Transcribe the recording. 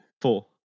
Four